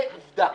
זה עובדה.